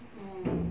mm mm